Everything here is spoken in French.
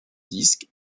disque